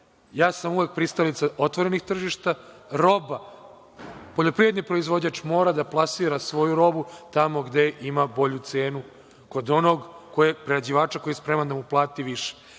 Ja sam uvek pristalica otvorenih tržišta, roba, poljoprivredni proizvođač mora da plasira svoju robu tamo gde ima bolju cenu, kod onog prerađivača koji je spreman da mu plati više.